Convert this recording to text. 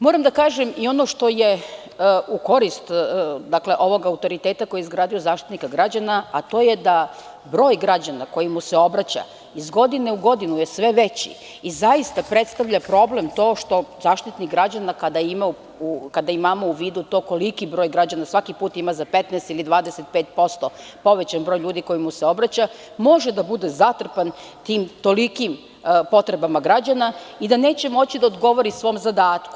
Moram da kažem i ono što je u korist ovog autoriteta koji je izgradio Zaštitnik građana, a to je da broj građana koji mu se obraća iz godine u godinu je sve veći i zaista predstavlja problem to što Zaštitnik građana, kada imamo u vidu to koliki broj građana svaki put ima za 15% ili 25% povećan broj ljudi, može da bude zatrpan tim tolikim potrebama građana i da neće moći da odgovori svom zadatku.